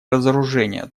разоружения